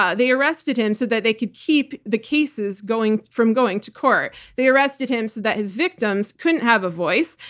ah they arrested him so that they could keep the cases from going to court. they arrested him so that his victims couldn't have a voice,